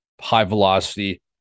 high-velocity